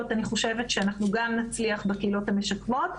ואני חושבת שאנחנו נצליח גם בקהילות המשקמות.